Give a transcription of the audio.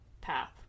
path